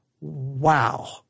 wow